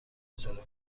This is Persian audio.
اجاره